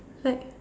like